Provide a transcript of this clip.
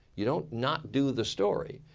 you don't not do the story.